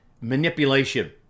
manipulation